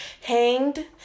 hanged